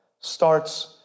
starts